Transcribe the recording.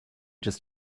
just